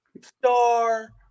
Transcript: star